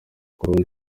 kurundi